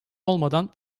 olmadan